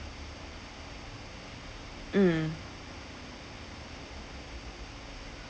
mm